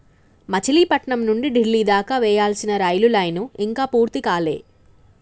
మచిలీపట్నం నుంచి డిల్లీ దాకా వేయాల్సిన రైలు లైను ఇంకా పూర్తి కాలే